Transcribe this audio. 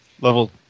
Level